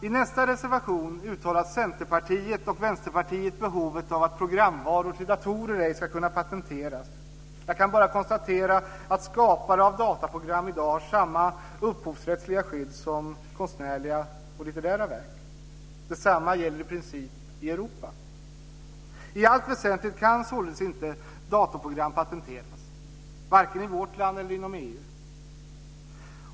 I nästa reservation uttalar Centerpartiet och Vänsterpartiet behovet av att programvaror till datorer inte ska kunna patenteras. Jag kan bara konstatera att skapare av dataprogram i dag har samma upphovsrättsliga skydd som skapare av konstnärliga och litterära verk. Detsamma gäller i princip i Europa. I allt väsentligt kan således inte datorprogram patenteras i dag, varken i vårt land eller inom EU.